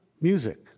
music